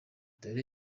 dore